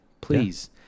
Please